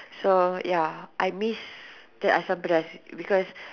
so ya I miss the Asam-pedas because